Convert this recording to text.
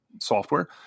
software